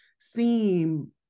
seem